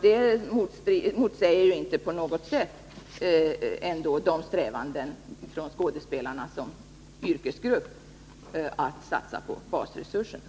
Detta motsäger ju inte på något sätt skådespelarnas strävan som yrkesgrupp att satsa på basresurserna.